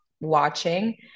watching